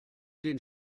den